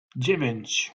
dziewięć